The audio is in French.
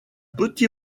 petit